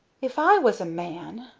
if i was a man,